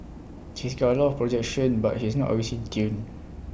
he's got A lot of projection but he's not always in tune